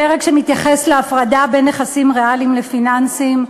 בפרק שמתייחס להפרדה בין נכסים ריאליים לפיננסיים,